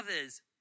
others